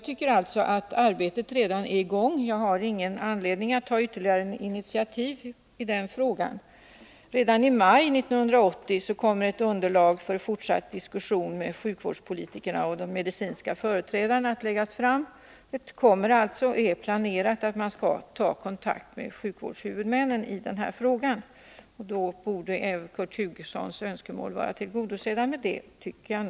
Det arbetet är redan i gång, och jag har ingen anledning att ta ytterligare initiativ i den frågan. Redan i maj 1980 kommer ett underlag att läggas fram för en fortsatt diskussion med sjukvårdspolitikerna och de medicinska företrädarna. Det är alltså planerat att man skall ta kontakt med sjukvårdshuvudmännen i den här frågan. Med det borde även Kurt Hugossons önskemål vara tillgodosedda, tycker jag.